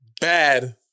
Bad